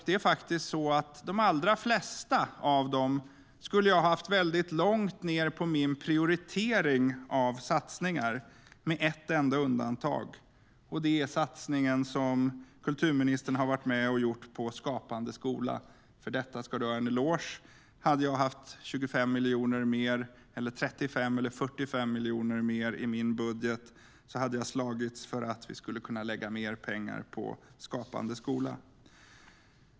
Det är faktiskt så att de allra flesta av dem skulle jag ha haft långt ned på min prioritering av satsningar med ett enda undantag, och det gäller satsningen som kulturministern har varit med och gjort på Skapande skola. För detta ska hon ha en eloge. Om jag hade haft 25 miljoner mer - eller 35 eller 45 miljoner mer - i min budget hade jag slagits för att vi skulle kunna lägga mer pengar på Skapande skola.